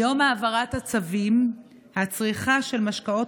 מיום העברת הצווים הצריכה של משקאות